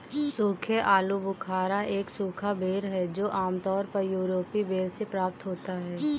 सूखे आलूबुखारा एक सूखा बेर है जो आमतौर पर यूरोपीय बेर से प्राप्त होता है